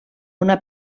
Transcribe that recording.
una